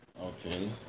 Okay